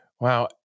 Wow